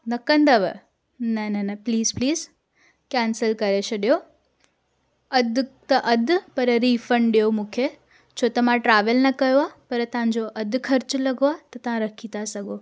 न कदंव न न न प्लीस प्लीस केंसिल करे छॾियो अधु त अधु पर रिफंड ॾियो मूंखे छो त मां ट्रेवल न कयो आहे पर तव्हांजो अधु खर्च लॻियो आहे त तव्हां रखी था सघो